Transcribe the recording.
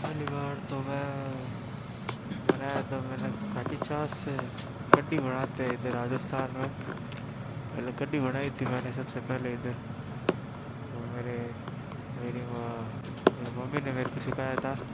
पहली बार तो मैं बनाया था मैंने खट्टी छाछ से कड्डी बनाते हैं इधर राजस्थान में पहले कड्डी बनाई थी मैंने सबसे पहले इधर वो मेरे मेरी माँ मेरी मम्मी ने मेर को सिखाया था